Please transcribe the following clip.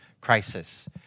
crisis